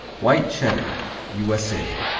white cheddar u s a.